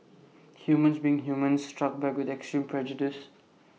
humans being humans struck back with extreme prejudice